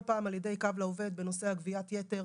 פעם על ידי 'קו לעובד' בנושא גביית היתר.